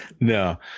no